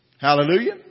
Hallelujah